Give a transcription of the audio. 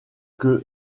que